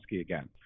again